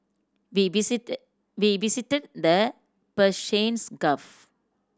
we visit we visited the Persians Gulf